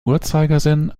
uhrzeigersinn